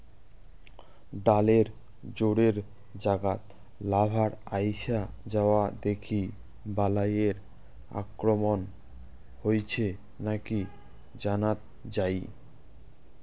ডালের জোড়ের জাগাত লার্ভার আইসা যাওয়া দেখি বালাইয়ের আক্রমণ হইছে নাকি জানাত যাই